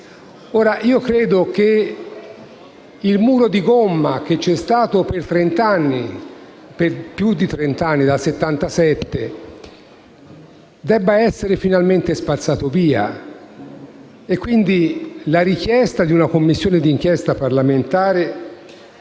Credo che il muro di gomma che c'è stato per più di trent'anni (dal 1977) debba essere finalmente spazzato via, quindi la richiesta di una Commissione parlamentare